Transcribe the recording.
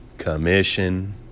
commission